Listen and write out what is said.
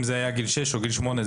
אם זה היה גיל שש או גיל שמונה,